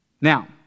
Now